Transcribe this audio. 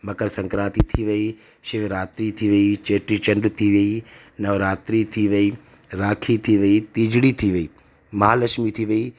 मकर सक्रांति थी वेई शिवरात्रि थी वेई चेटी चंडु थी वेई नवरात्रि थी वेई राखी थी वेई टीजड़ी थी वेई महालक्ष्मी थी वेई